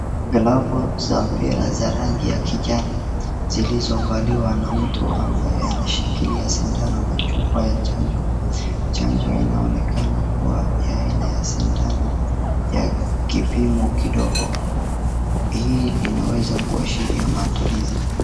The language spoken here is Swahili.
Glavu za mpira za rangi ya kijani zilizovaliwa na mtu ambaye anashikilia sindano na chupa ya chanjo , chanjo inaonekana kuwa ya aina ya sindano ya kipimo kidogo hii inaweza kuashiria maandalizi .